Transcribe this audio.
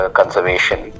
conservation